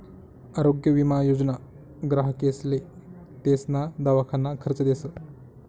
आरोग्य विमा योजना ग्राहकेसले तेसना दवाखाना खर्च देस